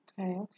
Okay